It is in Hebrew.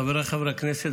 חבריי חברי הכנסת,